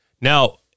now